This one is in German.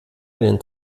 einen